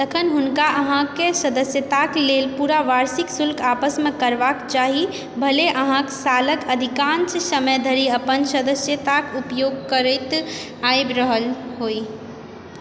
तखन हुनका अहाँके सदस्यताक लेल पूरा वार्षिक शुल्क आपस करबाक चाही भले अहाँ सालक अधिकांश समय धरि अपन सदस्यताक उपयोग करैत आबि रहल होइ